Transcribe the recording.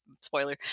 Spoiler